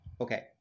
Okay